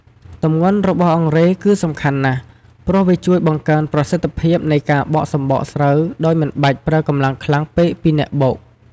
ទម្ងន់របស់អង្រែគឺសំខាន់ណាស់ ព្រោះវាជួយបង្កើនប្រសិទ្ធភាពនៃការបកសម្បកស្រូវដោយមិនចាំបាច់ប្រើកម្លាំងខ្លាំងពេកពីអ្នកបុក។